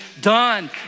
done